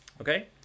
Okay